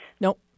Nope